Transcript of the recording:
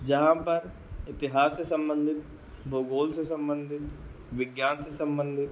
जहाँ पर इतिहास से सम्बन्धित भूगोल से सम्बन्धित विज्ञान से सम्बन्धित